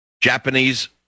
Japanese